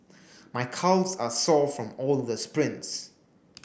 my calves are sore from all the sprints